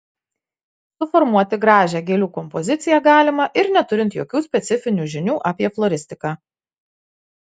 suformuoti gražią gėlių kompoziciją galima ir neturint jokių specifinių žinių apie floristiką